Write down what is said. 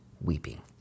weeping